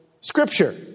Scripture